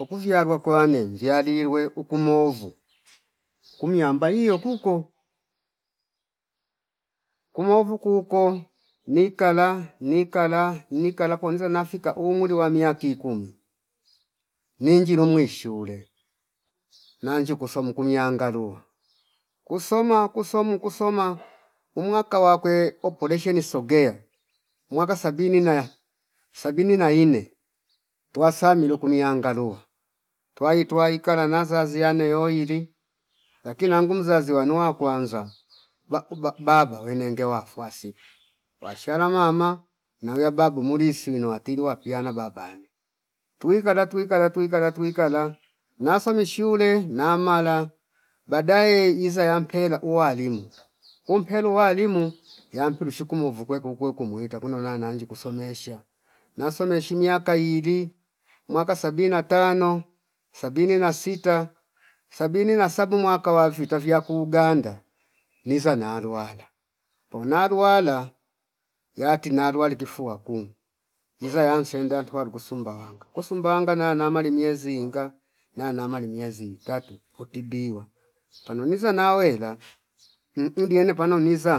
uku vyalwa kwane viwaliwe uku muvu kumuyamba iyo kuko kumwovu kuko mikala nikala- nikala kwanza nafika umli wa miaki kumi mwinjilo mwi shule nanji kuso mkunyangala luwa kusoma kusom kusoma umwaka wakwe opolesheni sogea mwaka sabini naya sabini na nne wasamilo kunianga luwa twai- twaikala naza ziyane yoili lakini nangu mzazi wanoa kwanza ba- uba- ubaba wenenge wafuasi washala mama nauya babu muli sino watilwa wapiyana babane twikala- twikala- twikala nasomi shule namala baadae iza yampela uwalimu umpelu uwalimu yampi lushuku muvwe kweku kwe kumuita kuno nanji kusomesha nasomeshi miaka ili mwaka sabini na tano, sabini na sita. sabini na saba mwaka wa vita kuuganda niza naluwala pona luwala yati naruwali kifu waku iza yansenda ntuwa ruku Sumbwanga ko Sumbawanga nayanama linye zinga nayanama linyezi itatu kutibiwa panoniza nawela mhh diyene pano niza